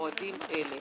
במועדים אלה: